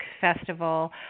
Festival